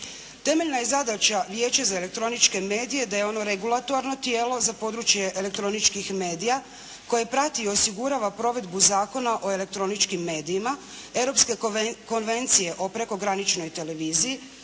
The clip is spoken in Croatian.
Temeljna je zadaća Vijeća za elektroničke medije da je ono regulatorno tijelo za područje elektroničkih medija koje prati i osigurava provedbu Zakona o elektroničkim medijima Europske konvencije o prekograničnoj televizije,